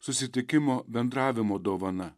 susitikimo bendravimo dovana